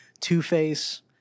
Two-Face